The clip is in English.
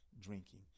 drinking